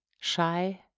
shy